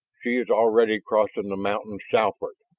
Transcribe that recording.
she is already crossing the mountains southward,